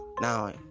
Now